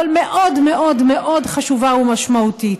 אבל מאוד חשובה ומשמעותית.